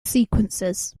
sequences